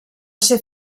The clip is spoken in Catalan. ser